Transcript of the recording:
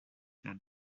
der